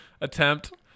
attempt